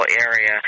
area